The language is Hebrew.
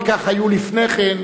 וכך היו לפני כן,